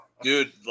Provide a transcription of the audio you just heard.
dude